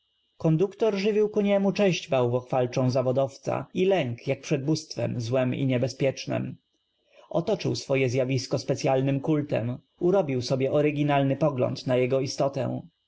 onduktor żywił ku nie mu cześć bałw ochw alczą zaw odow ca i lęk jak przed bóstw em złem i niebezpiecznem o toczył sw oje zjaw isko specyalnym kultem urobił sobie oryginalny pogląd na jego istotę